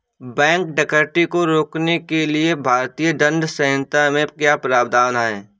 bank डकैती को रोकने के लिए भारतीय दंड संहिता में क्या प्रावधान है